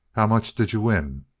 how much d'you win?